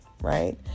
right